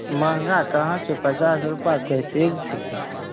महँगा कहाँ छौ पचास रुपैआ कोइ चीज छिकइ